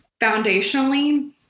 foundationally